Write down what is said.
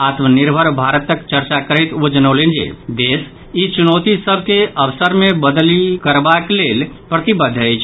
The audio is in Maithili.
आत्मनिर्भर भारतक चर्चा करैत ओ जनौलनि जे देश ई चुनौति सभ के अवसर मे बदलि करबाक लेल प्रतिबद्ध अछि